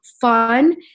fun